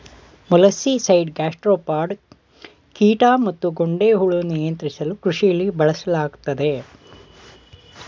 molluscicide gastropod ಕೀಟ ಮತ್ತುಗೊಂಡೆಹುಳು ನಿಯಂತ್ರಿಸಲುಕೃಷಿಲಿ ಬಳಸಲಾಗ್ತದೆ